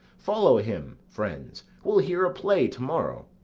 follow him, friends we'll hear a play to-morrow.